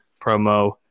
promo